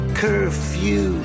curfew